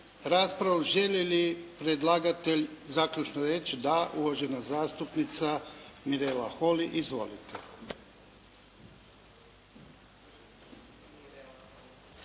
raspravu. Želi li predlagatelj zaključno reći? Da. Uvažena zastupnica Mirela Holy. **Holy,